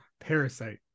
parasite